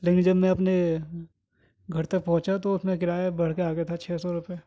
لیکن جب میں اپنے گھر تک پہنچا تو اس میں کرایہ بڑھ کے آ گیا تھا چھ سو روپیے